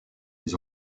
des